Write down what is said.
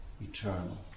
eternal